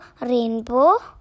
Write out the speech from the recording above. rainbow